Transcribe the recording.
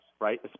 right